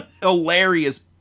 hilarious